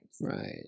Right